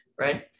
right